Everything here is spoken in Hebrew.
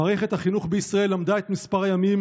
במערכת החינוך בישראל למדו את מספר ימים